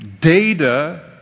data